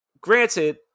granted